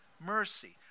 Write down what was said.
mercy